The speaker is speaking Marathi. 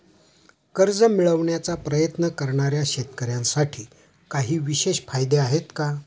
कर्ज मिळवण्याचा प्रयत्न करणाऱ्या शेतकऱ्यांसाठी काही विशेष फायदे आहेत का?